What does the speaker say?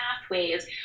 pathways